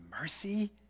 mercy